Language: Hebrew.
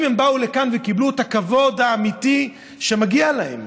האם הם באו לכאן וקיבלו את הכבוד האמיתי שמגיע להם?